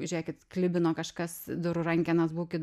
žėkit klibino kažkas durų rankenas būkit